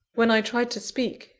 when i tried to speak,